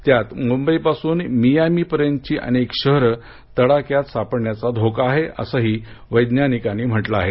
त्यात मुबई पासून मियामीपर्यंतची अनेक शहरे तड्याख्यात सापडण्याचा धोका आहे असंही वैज्ञानिकानी म्हटलं आहे